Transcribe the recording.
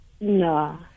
no